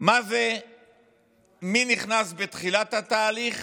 מי נכנס בתחילת התהליך